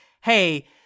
hey